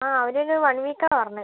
ആ അവർ ഒരു വൺ വീക്ക് ആണ് പറഞ്ഞത്